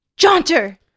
Jaunter